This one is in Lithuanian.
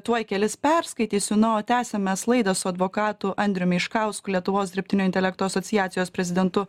tuoj kelis perskaitysiu na o tęsiam mes laidą su advokatu andriumi iškausku lietuvos dirbtinio intelekto asociacijos prezidentu